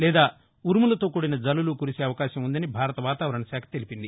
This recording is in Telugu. లేదా ఉరుములతో కూడిన జల్లులు కురిసే అవకాశం వుందని భారత వాతావరణ శాఖ తెలిపింది